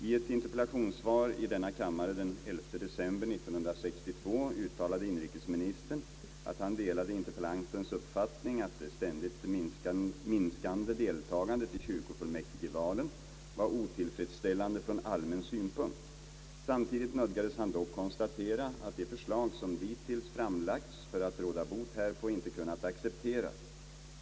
I ett interpellationssvar i denna kammare den 11 december 1962 uttalade inrikesministern att han delade interpellantens uppfattning, att det ständigt minskade deltagandet i kyrkofullmäktigvalen var otillfredsställande från allmän synpunkt, Samtidigt nödgades han dock konstatera, att de förslag som dittills framlagts för att råda bot härpå inte kunnat accepteras.